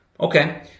Okay